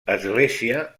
església